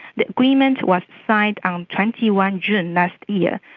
the agreement was signed on twenty one june last year,